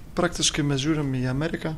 praktiškai mes žiūrim į ameriką